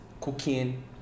cooking